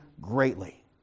greatly